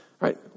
Right